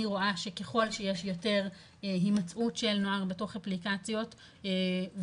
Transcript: רןאה שככל שיש יותר הימצאות של נוער בתוך אפליקציות והם